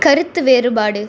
கருத்து வேறுபாடு